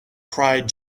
cried